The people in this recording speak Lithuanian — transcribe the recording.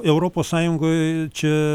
europos sąjungoje čia